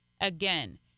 again